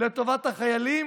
לטובת החיילים,